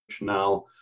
now